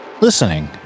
listening